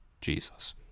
Jesus